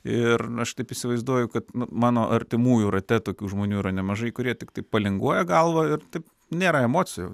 ir na aš taip įsivaizduoju kad mano artimųjų rate tokių žmonių yra nemažai kurie tiktai palinguoja galvą ir taip nėra emocijų